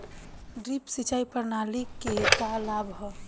Drip सिंचाई प्रणाली के का लाभ ह?